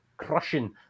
Crushing